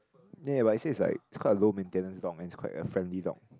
ya ya but it says is like it's quite a low maintenance dog and it's quite a friendly dog